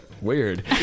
weird